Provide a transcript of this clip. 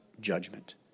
judgment